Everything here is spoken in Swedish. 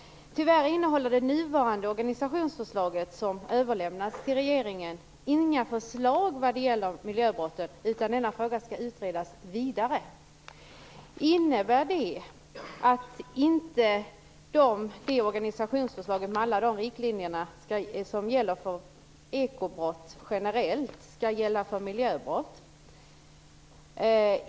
Tyvärr innehåller de nuvarande organisationsförslag som överlämnats till regeringen inga förslag om miljöbrotten, utan denna fråga skall utredas vidare. Innebär det att organisationsförslaget med alla de riktlinjer som gäller för ekobrott generellt inte skall gälla för miljöbrott?